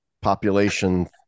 population